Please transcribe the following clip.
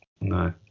No